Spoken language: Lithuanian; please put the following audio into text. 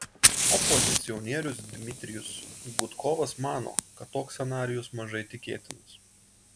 opozicionierius dmitrijus gudkovas mano kad toks scenarijus mažai tikėtinas